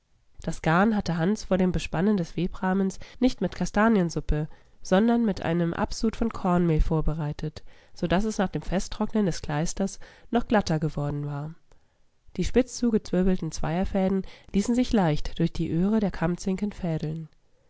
das garn hatte hans vor dem bespannen des webrahmens nicht mit kastaniensuppe sondern mit einem absud von kornmehl vorbereitet so daß es nach dem festtrocknen des kleisters noch glatter geworden war die spitz zugezwirbelten zweierfäden ließen sich leicht durch die öhre der kammzinken